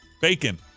Bacon